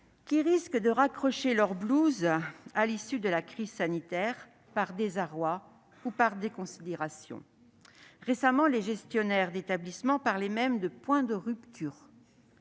qui risquent de raccrocher leur blouse à l'issue de la crise sanitaire, par désarroi ou par déconsidération. Récemment, les gestionnaires d'établissements parlaient même de « point de rupture